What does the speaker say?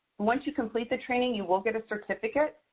once you complete the training, you will get a certificate.